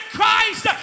Christ